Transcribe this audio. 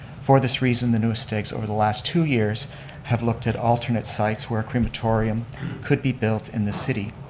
for this reason the newest takes over the last two years have looked at alternate sites where a crematorium could be built in the city.